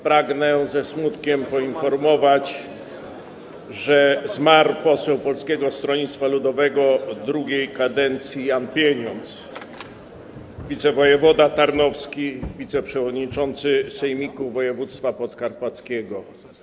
Pragnę ze smutkiem poinformować, że zmarł poseł Polskiego Stronnictwa Ludowego II kadencji Jan Pieniądz, wicewojewoda tarnowski, wiceprzewodniczący sejmiku województwa podkarpackiego.